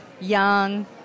young